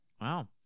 Wow